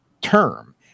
term